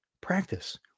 practice